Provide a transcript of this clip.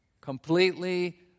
Completely